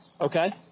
Okay